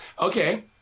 Okay